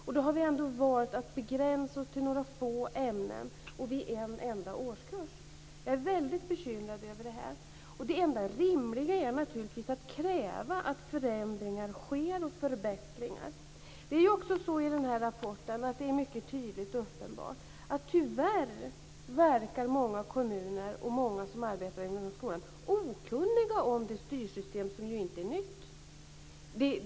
Och vi har ändå valt att begränsa oss till några få ämnen och en enda årskurs. Jag är väldigt bekymrad över detta. Det enda rimliga är naturligtvis att kräva att förändringar och förbättringar sker. I den här rapporten är det också tyvärr mycket tydligt och uppenbart att många kommuner och många som arbetar inom skolan verkar okunniga om det styrsystem som inte är nytt.